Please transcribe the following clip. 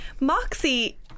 Moxie